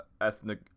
ethnic